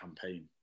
campaign